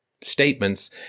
statements